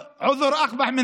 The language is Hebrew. (אומר בערבית: התירוץ גרוע מהודאה באשמה.)